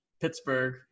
Pittsburgh –